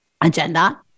agenda